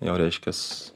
jau reiškias